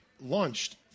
launched